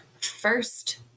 first